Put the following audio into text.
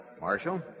Marshal